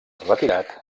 retirat